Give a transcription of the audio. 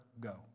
go